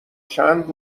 چند